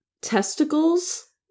testicles